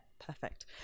Perfect